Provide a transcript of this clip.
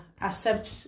accept